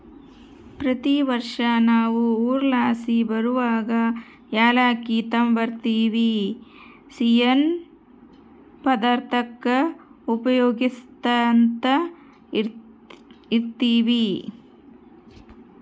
ಪ್ರತಿ ವರ್ಷ ನಾವು ಊರ್ಲಾಸಿ ಬರುವಗ ಏಲಕ್ಕಿ ತಾಂಬರ್ತಿವಿ, ಸಿಯ್ಯನ್ ಪದಾರ್ತುಕ್ಕ ಉಪಯೋಗ್ಸ್ಯಂತ ಇರ್ತೀವಿ